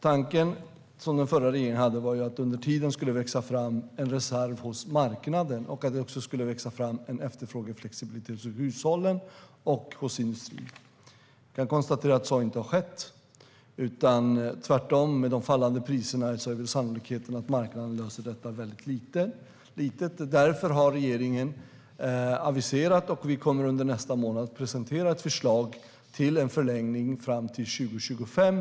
Tanken som den förra regeringen hade var att det under tiden skulle växa fram en reserv hos marknaden och att det också skulle växa fram en efterfrågeflexibilitet hos hushållen och hos industrin. Vi kan konstatera att så inte har skett - tvärtom. Med de fallande priserna är sannolikheten att marknaden löser detta väldigt liten. Regeringen har därför aviserat och kommer under nästa månad att presentera ett förslag till en förlängning fram till 2025.